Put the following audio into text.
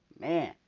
man